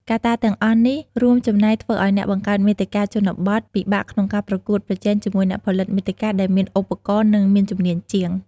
កត្តាទាំងអស់នេះរួមចំណែកធ្វើឲ្យអ្នកបង្កើតមាតិកាជនបទពិបាកក្នុងការប្រកួតប្រជែងជាមួយអ្នកផលិតមាតិកាដែលមានឧបករណ៍ និងមានជំនាញជាង។